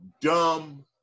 dumb